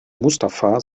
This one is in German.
mustafa